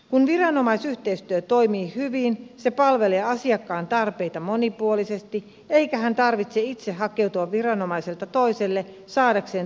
kun viranomaisyhteistyö toimii hyvin se palvelee asiakkaan tarpeita monipuolisesti eikä hänen tarvitse itse hakeutua viranomaiselta toiselle saadakseen tarvitsemaansa apua